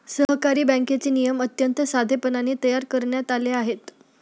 सहकारी बँकेचे नियम अत्यंत साधेपणाने तयार करण्यात आले आहेत